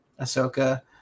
Ahsoka